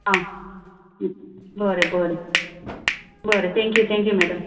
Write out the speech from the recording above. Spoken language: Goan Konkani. आ बरें बरें बरें तँक्यू तँक्यू मॅडम